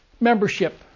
membership